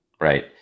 right